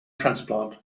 transplant